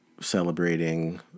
celebrating